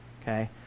Okay